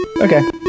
Okay